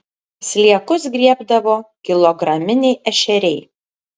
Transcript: sliekus griebdavo kilograminiai ešeriai